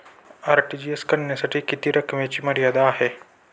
RTGS करण्यासाठी किती रकमेची मर्यादा आहे?